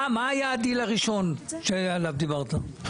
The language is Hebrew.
מה היה הדיל הראשון עליו דיברת?